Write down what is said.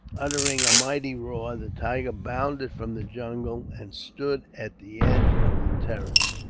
uttering a mighty roar, the tiger bounded from the jungle, and stood at the edge of the terrace.